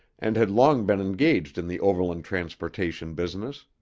and had long been engaged in the overland transportation business.